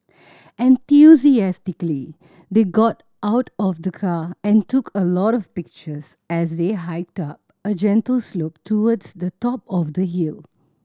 enthusiastically they got out of the car and took a lot of pictures as they hiked up a gentle slope towards the top of the hill